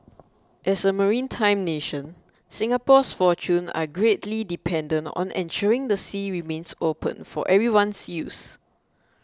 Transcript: as a maritime nation Singapore's fortune are greatly dependent on ensuring the sea remains open for everyone's use